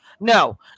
No